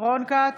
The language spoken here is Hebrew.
רון כץ,